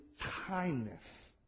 kindness